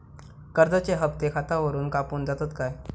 कर्जाचे हप्ते खातावरून कापून जातत काय?